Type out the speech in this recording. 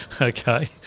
Okay